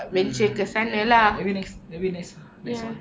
mm ya ya maybe next maybe next next one